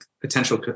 potential